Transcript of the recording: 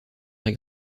est